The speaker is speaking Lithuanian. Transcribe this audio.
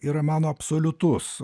yra mano absoliutus